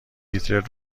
هیتلر